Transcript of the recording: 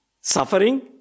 suffering